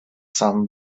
sam